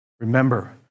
Remember